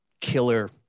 killer